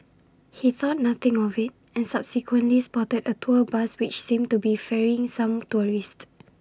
he thought nothing of IT and subsequently spotted A tour bus which seemed to be ferrying some tourists